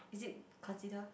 it is consider